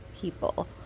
people